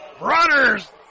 Runners